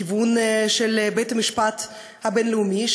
לכיוון של בית-הדין הבין-לאומי.